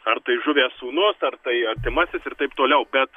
ar tai žuvęs sūnus ar tai artimasis ir taip toliau bet